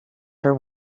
her